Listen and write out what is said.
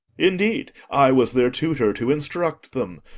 indeed, i was their tutor to instruct them.